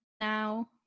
now